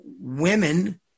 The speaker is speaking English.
women